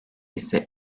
ise